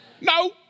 No